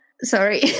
Sorry